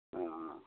ꯑ